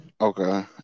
Okay